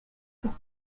pour